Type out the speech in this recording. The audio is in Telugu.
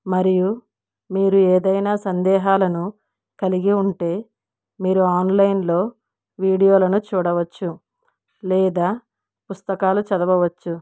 మరియు మీరు ఏదైనా సందేహాలను కలిగి ఉంటే మీరు ఆన్లైన్లో వీడియోలను చూడవచ్చు లేదా పుస్తకాలు చదవవచ్చు